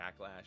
backlash